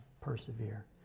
persevere